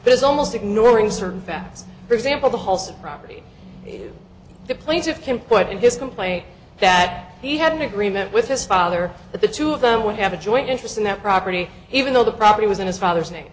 there's almost ignoring certain facts for example the holes property the plaintiff can put in his complaint that he had an agreement with his father that the two of them would have a joint interest in that property even though the property was in his father's name